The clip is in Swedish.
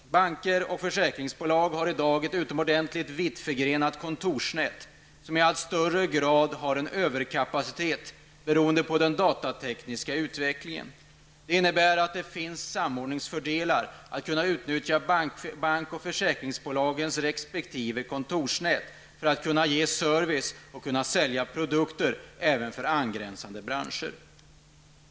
Banker och försäkringsbolag har i dag ett utomordentligt vitt förgrenat kontorsnät, som fått en allt större överkapacitet beroende på den datatekniska utvecklingen. Det innebär att det ger samordningsfördelar att kunna utnyttja bankernas och försäkringsbolagens resp. kontorsnät för att ge service och sälja produkter även i angränsande branscher.